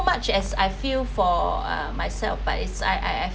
much as I feel for uh myself but it's I I